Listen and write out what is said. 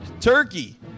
turkey